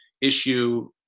issue